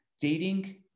Dating